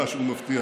ממה שהוא מבטיח.